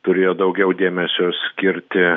turėjo daugiau dėmesio skirti